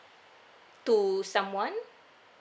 to someone